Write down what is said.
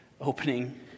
opening